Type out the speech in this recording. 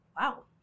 wow